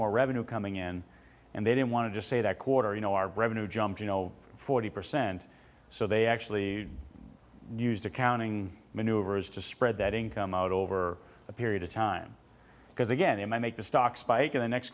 more revenue coming in and they didn't want to just say that quarter you know our revenue jumped you know forty percent so they actually used accounting maneuvers to spread that income out over a period of time because again they might make the stock spike in the next